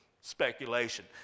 speculation